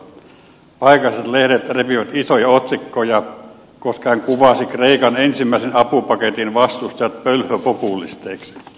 paikalliset lehdet repivät isoja otsikkoja koska hän kuvasi kreikan ensimmäisen apupaketin vastustajat pölhöpopulisteiksi